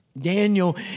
Daniel